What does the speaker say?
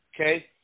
okay